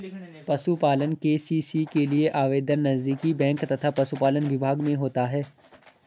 पशुपालन के.सी.सी के लिए आवेदन नजदीकी बैंक तथा पशुपालन विभाग में होता है